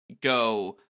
go